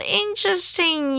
interesting